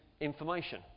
information